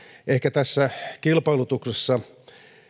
ehkä tässä kilpailutuksessa